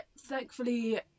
thankfully